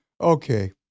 Okay